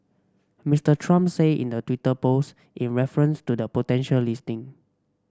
Mister Trump say in the Twitter post in reference to the potential listing